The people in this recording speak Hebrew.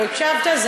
לא הקשבת.